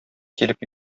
килеп